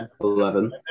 eleven